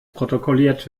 protokolliert